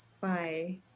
Bye